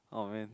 aw man